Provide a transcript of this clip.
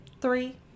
three